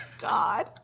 God